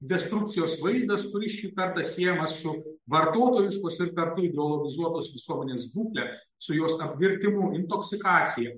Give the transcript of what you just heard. destrukcijos vaizdas kuris šį kartą siejamas su vartotojiškos ir kartu ideologizuotos visuomenės būkle su jos apvirtimu intoksikacija